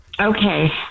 Okay